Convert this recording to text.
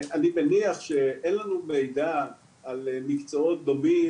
אני מניח שאין לנו מידע על מקצועות דומים,